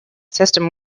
system